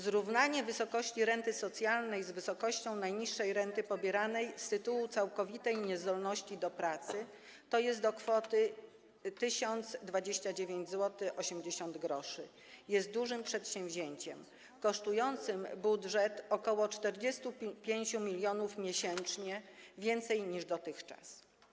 Zrównanie wysokości renty socjalnej z wysokością najniższej renty pobieranej z tytułu całkowitej niezdolności do pracy, tj. z kwotą 1029 zł 80 gr, jest dużym przedsięwzięciem, kosztującym budżet ok. 45 mln miesięcznie więcej niż dotychczas.